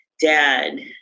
dad